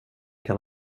kan